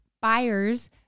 buyers